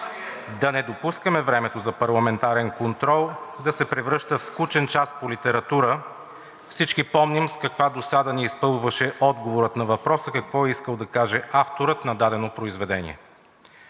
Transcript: да не допускаме времето за парламентарен контрол да се превръща в скучен час по литература, а всички помним с каква досада ни изпълваше отговорът на въпроса какво е искал да каже авторът на дадено произведение.